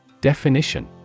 Definition